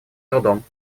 трудом